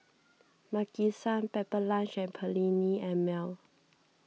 Maki San Pepper Lunch and Perllini and Mel